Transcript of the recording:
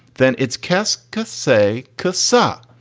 then it's kesk cost, say cousar.